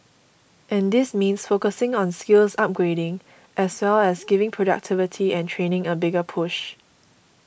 and this means focusing on skills upgrading as well as giving productivity and training a bigger push